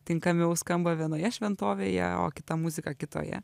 tinkamiau skamba vienoje šventovėje o kita muzika kitoje